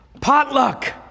potluck